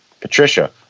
Patricia